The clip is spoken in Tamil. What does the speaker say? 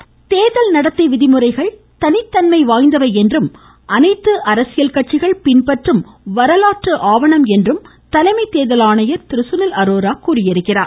சுனில் அரோரா தேர்தல் நடத்தை விதிமுறைகள் தனித்தன்மை வாய்ந்தவை என்றும் அனைத்து அரசியல் கட்சிகள் பின்பற்றும் வரலாற்று ஆவணம் என்றும் தலைமை தேர்தல் ஆணையர் திரு சுனில் அரோரா எடுத்துரைத்தார்